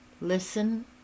Listen